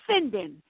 sending